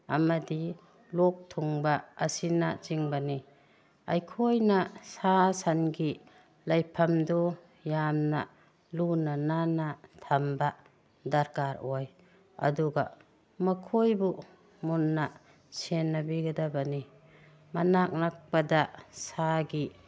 ꯑꯃꯗꯤ ꯂꯣꯛ ꯊꯨꯡꯕ ꯑꯁꯤꯅꯆꯤꯡꯕꯅꯤ ꯑꯩꯈꯣꯏꯅ ꯁꯥ ꯁꯥꯟꯒꯤ ꯂꯩꯐꯝꯗꯨ ꯌꯥꯝꯅ ꯂꯨꯅ ꯅꯥꯟꯅ ꯊꯝꯕ ꯗ꯭ꯔꯀꯥꯔ ꯑꯣꯏ ꯑꯗꯨꯒ ꯃꯈꯣꯏꯕꯨ ꯃꯨꯟꯅ ꯁꯦꯟꯅꯕꯤꯒꯗꯕꯅꯤ ꯃꯅꯥꯛ ꯅꯛꯄꯗ ꯁꯥꯒꯤ